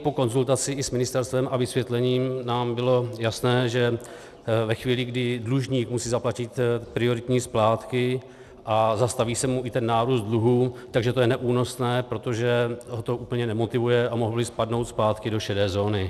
Po konzultaci i s ministerstvem a vysvětlení nám bylo jasné, že ve chvíli, kdy dlužník musí zaplatit prioritní splátky a zastaví se mu i nárůst dluhů, že to je neúnosné, protože ho to úplně nemotivuje a mohl by spadnout zpátky do šedé zóny.